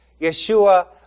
Yeshua